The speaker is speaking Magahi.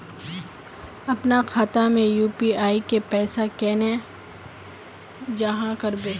अपना खाता में यू.पी.आई के पैसा केना जाहा करबे?